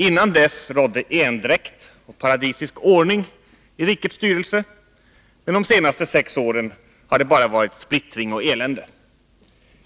Innan dess rådde endräkt och paradisisk ordning i rikets styrelse, men de senaste sex åren har det bara varit splittring och elände.